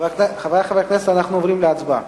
חברי חברי הכנסת, אנחנו עוברים להצבעה.